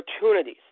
opportunities